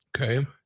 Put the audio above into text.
Okay